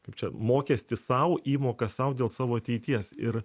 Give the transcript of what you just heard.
kaip čia mokestis sau įmoka sau dėl savo ateities ir